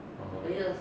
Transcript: (uh huh)